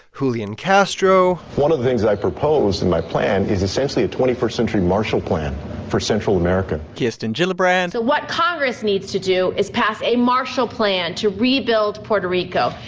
julian castro one of the things i proposed in my plan is essentially a twenty first century marshall plan for central america kirsten gillibrand so what congress needs to do is pass a marshall plan to rebuild puerto rico,